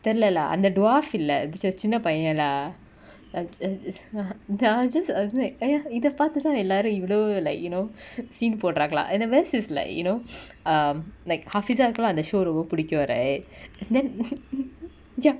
தெரில:therila lah அந்த:antha tuas இல்ல:illa this a சின்ன பைய:sinna paiya lah like a this ah just away eh ah இத பாத்துதா எல்லாரு இவளோ:itha paathutha ellaru ivalo like you know scene போட்ராங்க:potranga lah and the rest is like you know um like hafisa குலா அந்த:kula antha show ரொம்ப புடிக்கு:romba pudiku right then jump